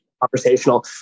conversational